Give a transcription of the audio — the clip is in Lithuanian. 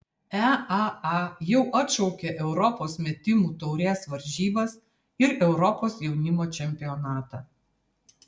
eaa jau atšaukė europos metimų taurės varžybas ir europos jaunimo čempionatą